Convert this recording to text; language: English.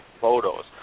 photos